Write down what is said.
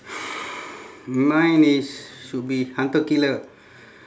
mine is should be hunter killer